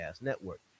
Network